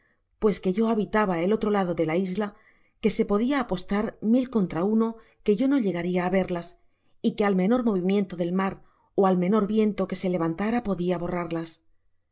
pues que yo habitaba el otro lado de la isla que se podia apostar mil contra uno que yo no llegaria á verlas y que al menor movimiento del mar ó al menor viento que se levantara podia borrarlas todo